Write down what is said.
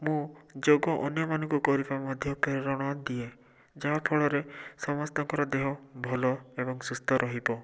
ମୁଁ ଯୋଗ ଅନ୍ୟମାନଙ୍କୁ କରିବାକୁ ମଧ୍ୟ ପ୍ରେରଣା ଦିଏ ଯାହାଫଳରେ ସମସ୍ତଙ୍କର ଦେହ ଭଲ ଏବଂ ସୁସ୍ଥ ରହିବ